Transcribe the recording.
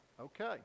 Okay